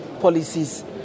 policies